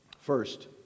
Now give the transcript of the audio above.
First